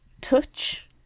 Touch